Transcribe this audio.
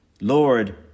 Lord